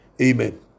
Amen